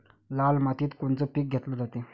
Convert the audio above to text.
लाल मातीत कोनचं पीक घेतलं जाते?